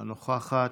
לא נוכחת.